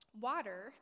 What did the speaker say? water